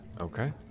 Okay